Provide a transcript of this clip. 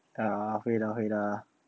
ya 会啦会啦